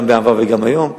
גם בעבר וגם היום,